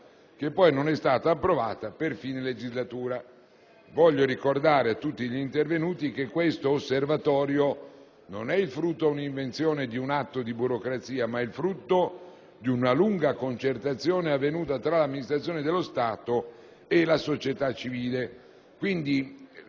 che poi non è stato approvato per la fine anticipata della legislatura. Voglio ricordare altresì a tutti gli intervenuti che questo Osservatorio non è il frutto o un'invenzione di un atto di burocrazia, ma è il prodotto di una lunga concertazione avvenuta tra l'amministrazione dello Stato e la società civile.